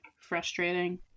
frustrating